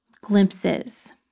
glimpses